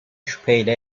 şüpheyle